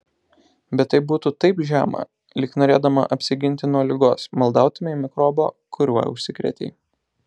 bet tai būtų taip žema lyg norėdama apsiginti nuo ligos maldautumei mikrobo kuriuo užsikrėtei